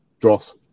dross